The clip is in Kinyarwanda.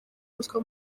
ruswa